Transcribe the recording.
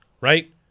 Right